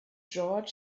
george